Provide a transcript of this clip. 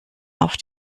auf